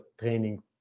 training